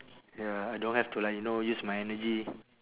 ya I don't have to like you know use my energy